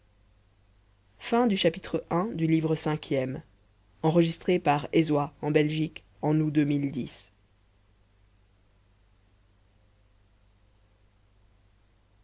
chapitre v le